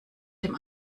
dem